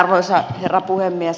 arvoisa herra puhemies